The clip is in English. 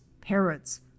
parrots